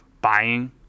buying